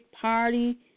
party